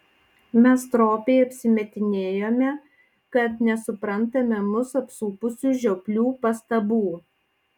mes stropiai apsimetinėjome kad nesuprantame mus apsupusių žioplių pastabų